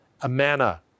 Amana